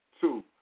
Two